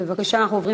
בבקשה, אנחנו עוברים